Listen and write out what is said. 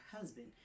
husband